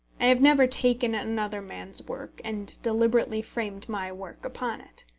i have never taken another man's work, and deliberately framed my work upon it.